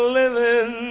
living